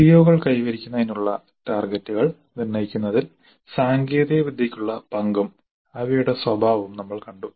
സിഒകൾ കൈവരിക്കുന്നതിനുള്ള ടാർഗെറ്റുകൾ നിർണ്ണയിക്കുന്നതിൽ സാങ്കേതികവിദ്യക്കുള്ള പങ്കും അവയുടെ സ്വഭാവവും നമ്മൾ കണ്ടു